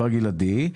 כפר גלעדי.